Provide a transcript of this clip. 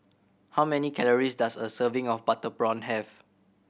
how many calories does a serving of butter prawn have